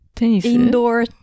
indoor